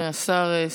סליחה,